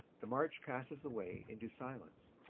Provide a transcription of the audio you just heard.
the march passes away into silence.